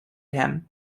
him